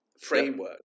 framework